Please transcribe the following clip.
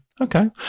Okay